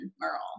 Merle